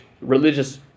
religious